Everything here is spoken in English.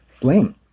blame